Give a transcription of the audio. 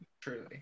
Truly